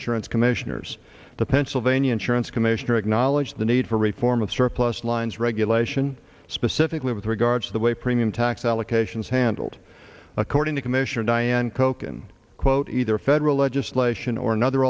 insurance commissioners the pennsylvania insurance commissioner acknowledged the need for reform of surplus lines regulation specifically with regards to the way premium tax allocations handled according to commissioner diane cokin quote either federal legislation or another